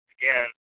Again